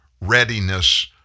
readiness